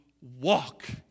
walk